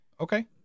Okay